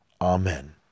Amen